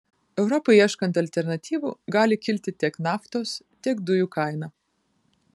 europai ieškant alternatyvų gali kilti tiek naftos tiek dujų kaina